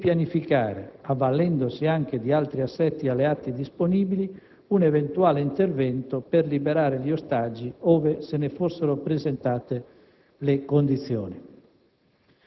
e di pianificare, avvalendosi anche di altri assetti alleati disponibili, un eventuale intervento per liberare gli ostaggi ove se ne fossero presentate le condizioni.